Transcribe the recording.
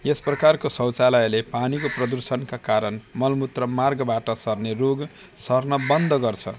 यस प्रकारको शौचालयले पानीको प्रदूषणका कारण मलमूत्र मार्गबाट सर्ने रोग सर्न बन्द गर्छ